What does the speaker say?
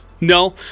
No